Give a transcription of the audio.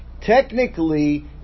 technically